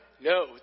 No